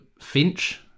Finch